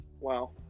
Wow